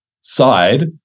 side